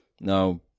now